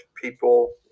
people